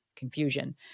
confusion